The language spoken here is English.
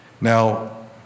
Now